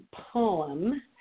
poem